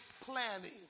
planning